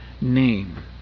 name